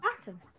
Awesome